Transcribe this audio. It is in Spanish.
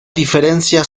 diferencia